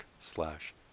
slash